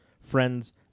friends